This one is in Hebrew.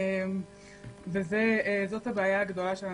וזאת הבעיה הגדולה שלנו.